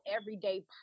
everyday